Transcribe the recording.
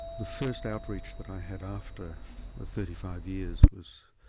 the first outreach that i had after the thirty five years was